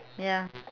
ya